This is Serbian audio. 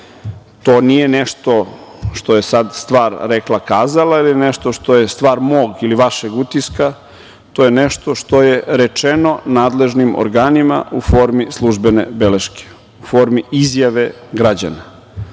To nije nešto što je sad stvar rekla-kazala, ili nešto što je stvar mog ili vašeg utiska, to je nešto što je rečeno nadležnim organima u formi službene beleške, u formi izjave građana. Slažem